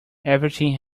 everything